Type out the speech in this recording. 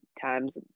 times